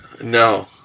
No